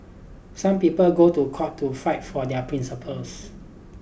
some people go to court to fight for their principles